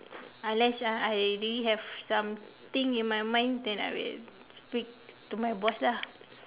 unless uh I really have something in my mind then I will speak to my boss lah